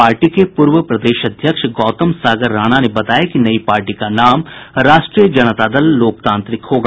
party के पूर्व प्रदेश अध्यक्ष गौतम सागर राणा ने बताया कि नयी पार्टी का नाम राष्ट्रीय जनता दल लोकतांत्रिक होगा